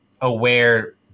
aware